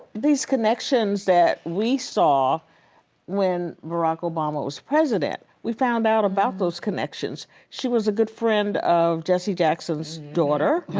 these connections that we saw when barack obama was president. we found out about those connections. she was a good friend of jessie jackson's daughter.